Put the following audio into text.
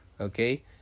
okay